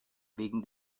wegen